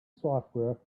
software